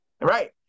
Right